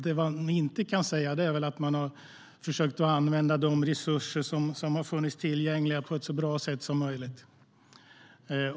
Det man inte kan säga är väl att man har försökt använda de resurser som har funnits tillgängliga på ett så bra sätt som möjligt.